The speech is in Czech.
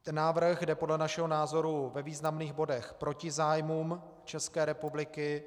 Ten návrh jde podle našeho názoru ve významných bodech proti zájmům České republiky.